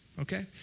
okay